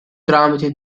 tramite